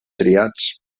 triats